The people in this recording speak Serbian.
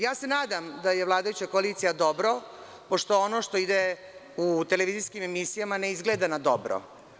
Ja se nadam da je vladajuća koalicija dobro, pošto ono što ide u televizijskim emisijama ne izgleda na dobro.